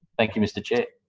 thank you, mr chair.